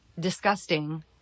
disgusting